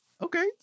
Okay